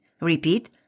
Repeat